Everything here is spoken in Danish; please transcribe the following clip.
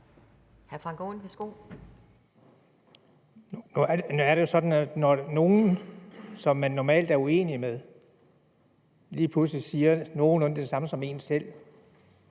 er det jo sådan, at man, når nogen, som man normalt er uenig med, lige pludselig siger nogenlunde det samme, som man selv